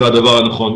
זה הדבר הנכון.